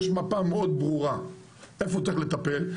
יש מפה מאוד ברורה איפה צריך לטפל,